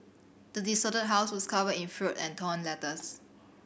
the desolated house was covered in fruit and torn letters